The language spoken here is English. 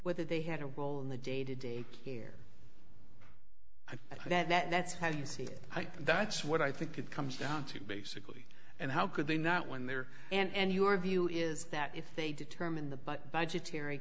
whether they had a role in the day to day care i that that that's how you see that's what i think it comes down to basically and how could they not when they are and your view is that if they determine the but budgetary